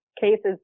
cases